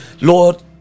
Lord